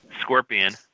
Scorpion